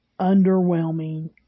underwhelming